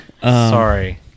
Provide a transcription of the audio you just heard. Sorry